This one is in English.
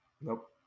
Nope